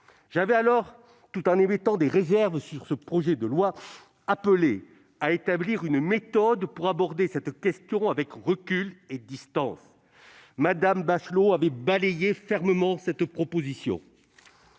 J'avais alors, tout en émettant des réserves sur ce projet de loi, appelé à établir une méthode pour aborder cette question avec recul et distance. Mme Roselyne Bachelot avait balayé fermement cette proposition.